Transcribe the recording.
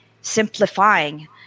simplifying